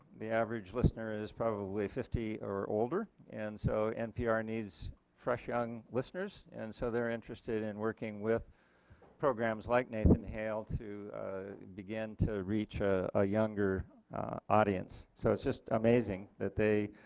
the average listener is probably fifty or older and so npr needs fresh young listeners and so they are interested in working with programs like nathan hale to begin to reach a younger audience so it is just amazing that they,